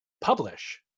publish